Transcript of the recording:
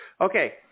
Okay